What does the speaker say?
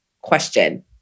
question